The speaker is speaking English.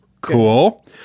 Cool